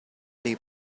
they